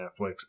Netflix